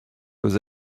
was